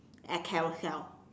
at carousell